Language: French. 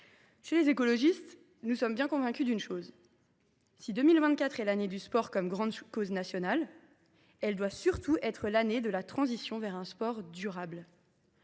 jusqu’alors. Nous sommes bien convaincus d’une chose : si 2024 est l’année du sport comme grande cause nationale, elle doit surtout être l’année de la transition vers un sport durable.